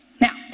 Now